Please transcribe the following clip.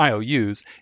IOUs